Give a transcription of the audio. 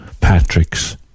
Patrick's